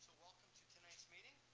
to tonight's meeting.